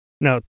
Now